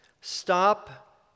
Stop